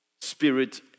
spirit